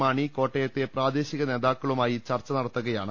മാണി കോട്ടയത്തെ പ്രാദേശിക നേതാക്ക ളുമായി ചർച്ച നടത്തുകയാണ്